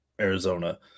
Arizona